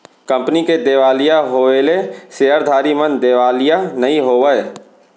company के देवालिया होएले सेयरधारी मन देवालिया नइ होवय